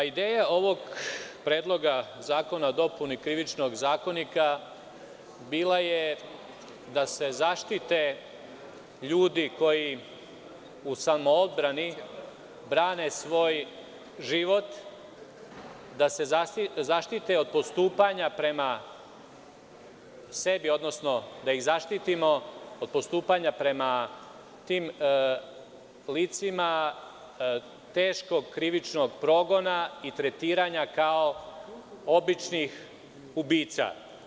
Ideja ovog predloga zakona o dopuni Krivičnog zakonika bila je da se zaštite ljudi koji u samoodbrani brane svoj život, da se zaštite od postupanja prema sebi, odnosno da ih zaštitimo od postupanja prema tim licima teškog krivičnog progona i tretiranja kao običnih ubica.